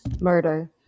Murder